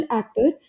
actor